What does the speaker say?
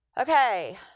Okay